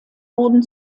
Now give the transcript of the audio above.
wurden